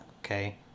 okay